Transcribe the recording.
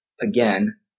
Again